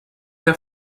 der